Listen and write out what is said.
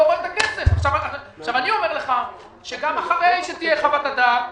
גם אחרי שתהיה חוות דעת,